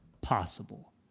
possible